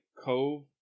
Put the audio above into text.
cove